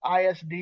ISD